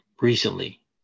recently